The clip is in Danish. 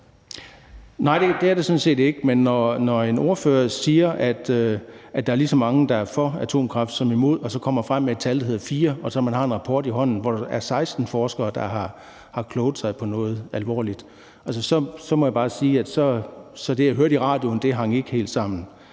Nej, det er det sådan set ikke. Men når en ordfører siger, at der er lige så mange, der er for atomkraft som imod, og så kommer med tallet fire, og man har en rapport i hånden, hvor der er 16 forskere, der har kloget sig på noget alvorligt, så må jeg bare sige, at så hang det, jeg hørte i radioen, ikke helt sammen.